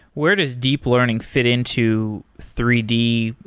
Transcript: where does deep learning fit into three d?